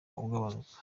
ugabanuka